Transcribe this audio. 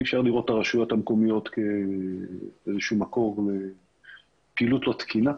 אי אפשר לראות את הרשויות המקומיות כאיזשהו מקור לפעילות לא תקינה.